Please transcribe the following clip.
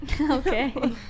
Okay